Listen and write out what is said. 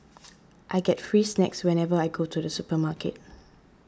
I get free snacks whenever I go to the supermarket